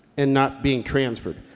and not being transferred.